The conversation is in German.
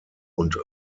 und